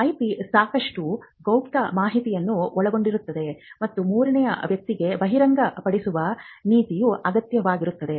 IP ಸಾಕಷ್ಟು ಗೌಪ್ಯ ಮಾಹಿತಿಯನ್ನು ಒಳಗೊಂಡಿರುತ್ತದೆ ಮತ್ತು ಮೂರನೇ ವ್ಯಕ್ತಿಗಳಿಗೆ ಬಹಿರಂಗಪಡಿಸುವ ನೀತಿಯು ಅಗತ್ಯವಾಗಿರುತ್ತದೆ